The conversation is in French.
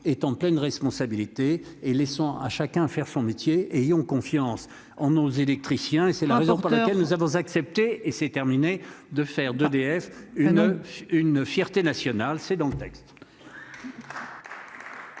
est en pleine responsabilité et laissant à chacun à faire son métier. Ayons confiance en nos électriciens et c'est la raison pour laquelle nous avons accepté et s'est terminé de faire d'EDF une une fierté nationale. C'est dans le texte.